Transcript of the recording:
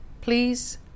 Please